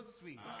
sweet